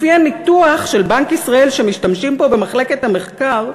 לפי הניתוח של בנק ישראל שמשתמשים בו פה במחלקת המחקר,